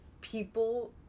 people